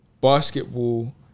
basketball